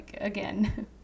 again